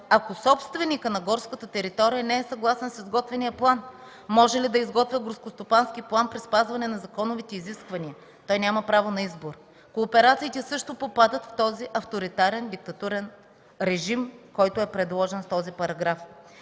ако собственикът на горската територия не е съгласен с изготвения план? Може ли да изготвя горскостопански план при спазване на законовите изисквания? Той няма право на избор. Кооперациите също попадат в този авторитарен диктатурен режим, който е предложен с този параграф.